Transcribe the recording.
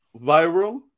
viral